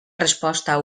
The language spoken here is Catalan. resposta